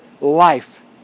life